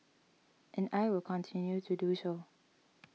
and I will continue to do so